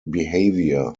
behavior